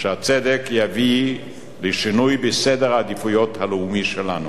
שהצדק יביא שינוי בסדר העדיפויות הלאומי שלנו: